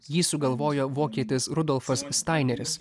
jį sugalvojo vokietis rudolfas staineris